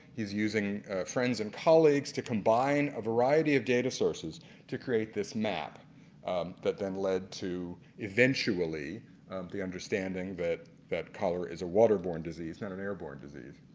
he's using friends and colleagues to combine a variety of data sources to create this map that led to eventually the understanding that that cholera is a water borne disease not and airborne disease.